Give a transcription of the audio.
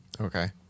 Okay